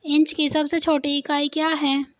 Inch की सबसे छोटी इकाई क्या है?